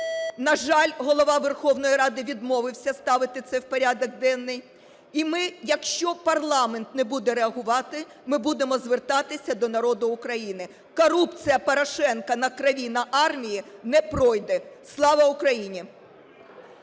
На жаль, Голова Верховної Ради відмовився ставити це в порядок денний, і ми, якщо парламент не буде реагувати, ми будемо звертатися до народу України. Корупція Порошенка на крові, на армії не пройде. Слава Україні!